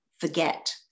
forget